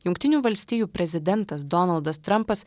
jungtinių valstijų prezidentas donaldas trampas